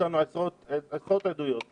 יש לנו עשרות עדויות לזה.